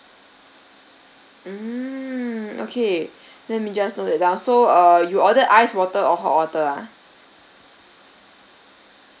mm okay let me just note that down so err you ordered ice water or hot water ah